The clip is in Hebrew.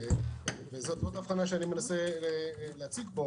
וזו ההבחנה שאני מנסה להציג פה.